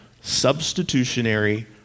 substitutionary